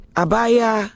abaya